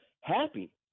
happy